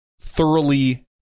thoroughly